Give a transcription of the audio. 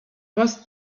was